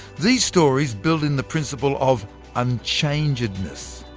these stories build in the principle of unchangedness,